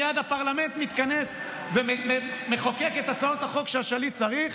מייד הפרלמנט מתכנס ומחוקק את הצעות החוק שהשליט צריך.